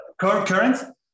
current